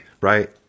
right